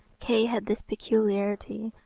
kay had this peculiarity,